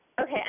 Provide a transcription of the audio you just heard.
Okay